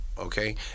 Okay